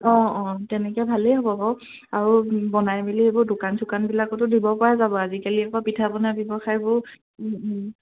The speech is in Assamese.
অঁ অঁ তেনেকৈ ভালেই হ'ব বাৰু আৰু বনাই মেলি এইবোৰ দোকান চোকানবিলাকতো দিব পৰা যাব আজিকালি আকৌ পিঠা পনা ব্যৱসায়বোৰ